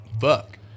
fuck